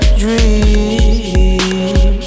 dream